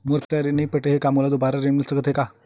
मोर पिछला ऋण नइ पटे हे त का मोला दुबारा ऋण मिल सकथे का?